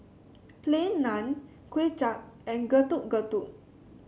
Plain Naan Kuay Chap and Getuk Getuk